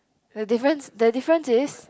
the difference the difference is